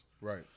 Right